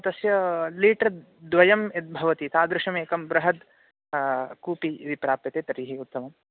तस्य लीटर् द्वयं यद्भवति तादृशमेकं बृहद् कूपी यदि प्राप्यते तर्हि उत्तमं